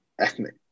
ethnic